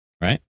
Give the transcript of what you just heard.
Right